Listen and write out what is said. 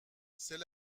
c’est